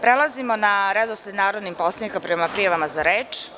Prelazimo na redosled narodnih poslanika prema prijavama za reč.